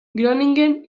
groningen